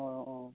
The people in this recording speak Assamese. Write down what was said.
অ অ